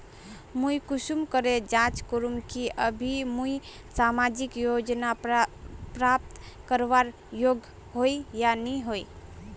मुई कुंसम करे जाँच करूम की अभी मुई सामाजिक योजना प्राप्त करवार योग्य होई या नी होई?